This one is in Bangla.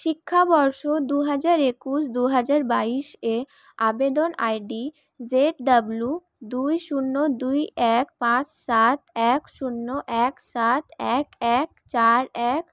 শিক্ষাবর্ষ দুহাজার একুশ দুহাজার বাইশে আবেদন আইডি জেড ডব্লিউ দুই শূন্য দুই এক পাঁচ সাত এক শূন্য এক সাত এক এক চার এক